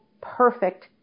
perfect